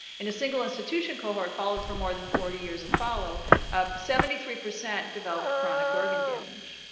in a single institution cohort, followed for more than forty years of follow up, seventy three percent developed chronic organ damage.